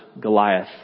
Goliath